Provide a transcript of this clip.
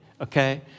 okay